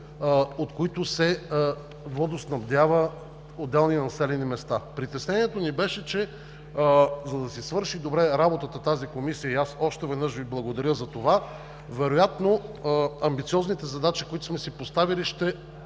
от които се водоснабдяват отделни населени места. Притеснението ни беше, че за да си свърши добре работата Комисията – и аз още веднъж Ви благодаря за това, вероятно амбициозните задачи, които сме си поставили, ще